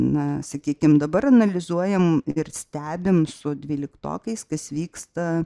na sakykim dabar analizuojam ir stebim su dvyliktokais kas vyksta